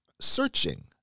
searching